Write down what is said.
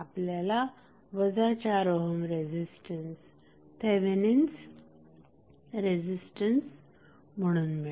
आपल्याला 4 ohm resistance Thevenin's resistance म्हणून मिळाला